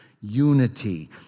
unity